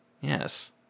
Yes